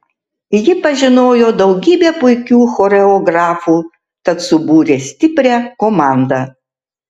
ji pažinojo daugybę puikių choreografų tad subūrė stiprią komandą